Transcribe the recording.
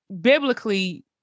biblically